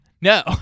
no